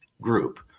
group